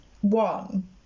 one